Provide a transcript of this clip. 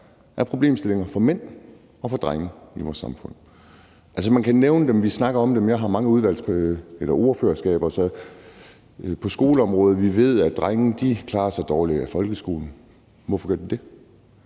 er problemstillinger for mænd og for drenge i vores samfund. Man kan nævne dem. Vi snakker om dem. Jeg har mange ordførerskaber. Vi ved på skoleområdet, at drenge klarer sig dårligere i folkeskolen. Hvorfor gør de det?